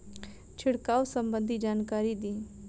छिड़काव संबंधित जानकारी दी?